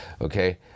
okay